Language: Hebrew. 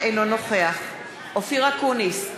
אינו נוכח אופיר אקוניס,